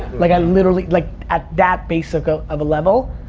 like, i literally, like, at that basic ah of a level,